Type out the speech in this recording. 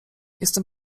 jestem